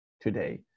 today